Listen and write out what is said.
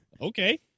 okay